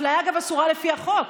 אפליה אסורה גם לפי החוק.